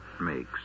makes